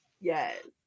Yes